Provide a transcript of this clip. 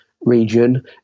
region